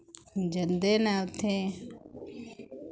जन्दे न उत्थै